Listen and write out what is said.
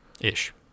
Ish